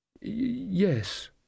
Yes